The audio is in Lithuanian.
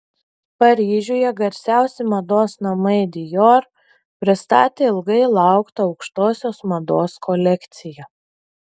paryžiuje garsiausi mados namai dior pristatė ilgai lauktą aukštosios mados kolekciją